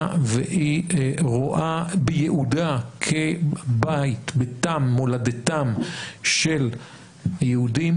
והיא רואה בייעודה כביתם מולדתם של יהודים,